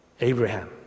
abraham